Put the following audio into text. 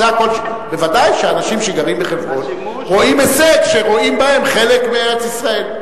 ודאי שאנשים שגרים בחברון רואים הישג כשרואים בהם חלק מארץ-ישראל.